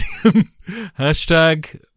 Hashtag